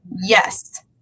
Yes